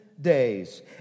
days